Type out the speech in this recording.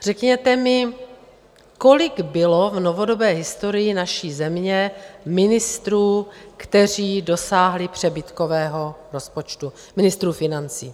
Řekněte mi, kolik bylo v novodobé historii naší země ministrů, kteří dosáhli přebytkového rozpočtu, ministrů financí?